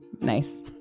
nice